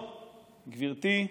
גברתי,